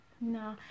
No